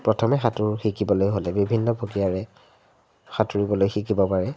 প্ৰথমে সাঁতোৰ শিকিবলৈ হ'লে বিভিন্ন প্ৰক্ৰিয়াৰে সাঁতুৰিবলৈ শিকিব পাৰে